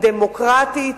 הדמוקרטית,